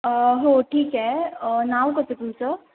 हो ठीक आहे नाव कसं तुमचं